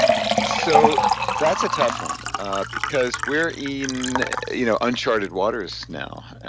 so that's a tough one because we're in you know uncharted waters now,